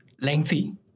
lengthy